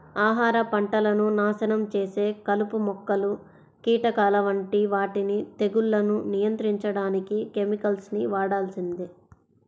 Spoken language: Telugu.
ఆహార పంటలను నాశనం చేసే కలుపు మొక్కలు, కీటకాల వంటి వాటిని తెగుళ్లను నియంత్రించడానికి కెమికల్స్ ని వాడాల్సిందే